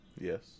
Yes